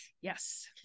yes